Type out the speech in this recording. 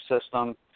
system